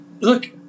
look